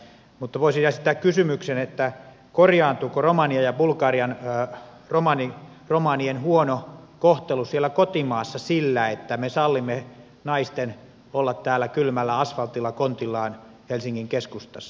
mutta voisin esittää kysymyksen korjaantuuko romanian ja bulgarian romanien huono kohtelu siellä kotimaassa sillä että me sallimme naisten olla täällä kylmällä asvaltilla kontillaan helsingin keskustassa